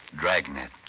Dragnet